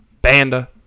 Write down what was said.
Banda